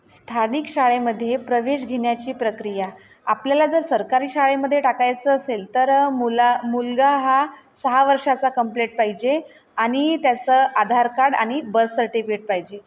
स्थानिक शाळेमध्ये प्रवेश घेण्याची प्रक्रिया आपल्याला जर सरकारी शाळेमध्ये टाकायचं असेल तर मुला मुलगा हा सहा वर्षाचा कंप्लेट पाहिजे आणि त्याचं आधार कार्ड आणि बर्थ सर्टिफिकेट पाहिजे